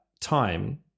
time